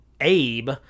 Abe